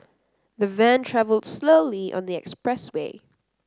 the van travelled slowly on the expressway